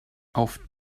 auf